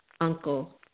uncle